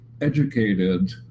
educated